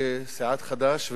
בסיעת חד"ש,